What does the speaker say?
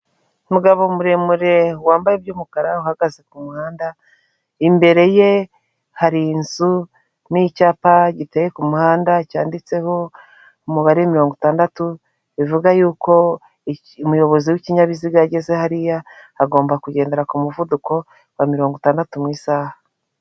Umugabo muremure wambaye iby'umukara, uhagaze ku muhanda, imbere ye hari inzu n'icyapa giteye ku muhanda, cyanditseho umubare mirongo itandatu, bivuga yuko umuyobozi w'ikinyabiziga iyo ageze hariya agomba kugendera ku muvuduko wa mirongo itandatu mu isaha.